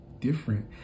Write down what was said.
different